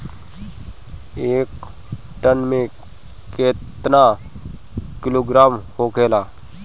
एक टन मे केतना किलोग्राम होखेला?